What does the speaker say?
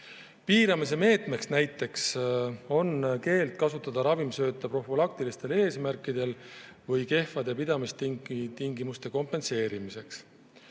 Piiramise meetmeks on näiteks keeld kasutada ravimsööta profülaktilistel eesmärkidel või kehvade pidamistingimuste kompenseerimiseks.